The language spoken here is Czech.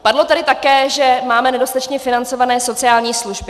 Padlo tady také, že máme nedostatečně financované sociální služby.